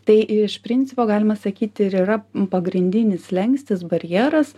tai iš principo galima sakyti ir yra pagrindinis slenkstis barjeras